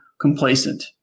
complacent